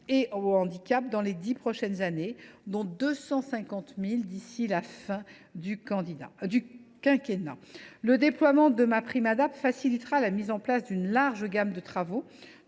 et au handicap dans les dix prochaines années, notamment 250 000 d’ici à la fin du quinquennat. Le déploiement de MaPrimeAdapt’ facilitera la mise en place d’une large gamme de travaux,